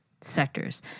sectors